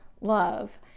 love